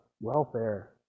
welfare